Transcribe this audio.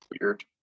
Weird